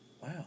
Wow